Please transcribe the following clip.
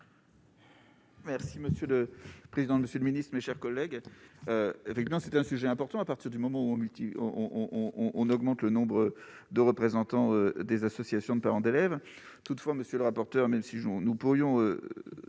Merci monsieur le président, Monsieur le Ministre, mes chers collègues évêques non c'est un sujet important, à partir du moment où on lui dit on, on augmente le nombre de représentants des associations de parents d'élèves, toutefois, monsieur le rapporteur, même si Jean nous pourrions